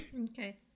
Okay